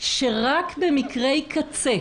אני מסכימה,